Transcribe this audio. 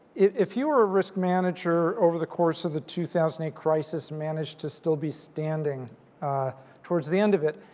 if you were a risk manager over the course of the two thousand and eight crisis, managed to still be standing towards the end of it,